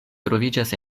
troviĝas